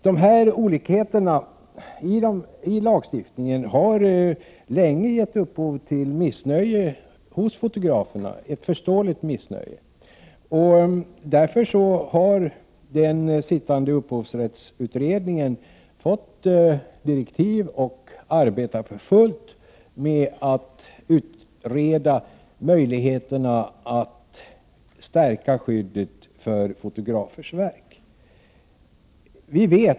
De här olikheterna i lagstiftningen har länge gett upphov till ett förståeligt missnöje hos fotograferna. Därför har den sittande upphovsrättsutredningen fått direktiv och arbetar för fullt med att utreda möjlighe terna att stärka skyddet för fotografers verk.